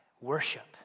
worship